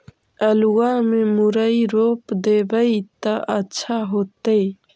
आलुआ में मुरई रोप देबई त अच्छा होतई?